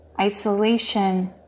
isolation